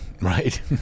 Right